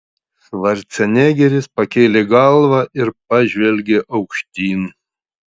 švarcnegeris pakėlė galvą ir pažvelgė aukštyn